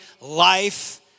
life